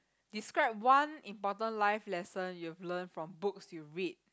describe one important life lesson you've learnt from books you've read